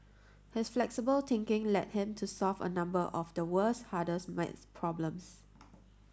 his flexible thinking led him to solve a number of the world's hardest maths problems